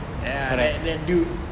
ya right that dude